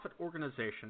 organization